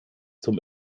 zum